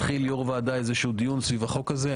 מתחיל יו"ר הוועדה דיון סביבה החוק הזה.